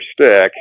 stick